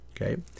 Okay